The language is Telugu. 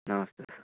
నమస్తే సార్